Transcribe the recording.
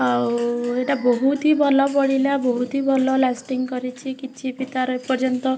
ଆଉ ଏଇଟା ବହୁତ ହି ଭଲ ପଡ଼ିଲା ବହୁତ ହି ଭଲ ଲାଷ୍ଟିଙ୍ଗ କରିଛି କିଛିବି ତା'ର ଏପର୍ଯ୍ୟନ୍ତ